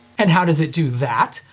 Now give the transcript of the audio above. and how does it do that?